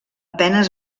penes